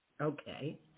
Okay